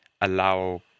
allow